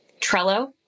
Trello